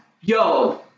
Yo